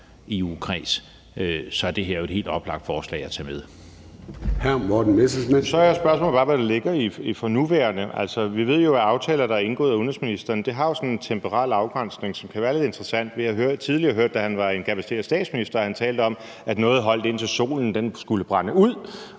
Formanden (Søren Gade): Hr. Morten Messerschmidt. Kl. 15:13 Morten Messerschmidt (DF): Så er spørgsmålet bare, hvad der ligger i »for nuværende«. Altså, vi ved jo, at aftaler, der er indgået af udenrigsministeren, har sådan en temporal afgrænsning, som kan være lidt interessant. Vi har tidligere hørt, at han i sin egenskab af statsminister talte om, at noget holdt, indtil solen skulle brænde ud,